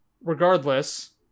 regardless